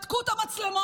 בדקו את המצלמות,